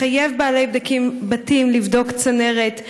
לחייב בעלי בתים לבדוק צנרת,